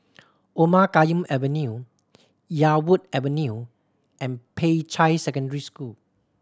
Omar Khayyam Avenue Yarwood Avenue and Peicai Secondary School